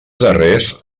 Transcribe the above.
darrers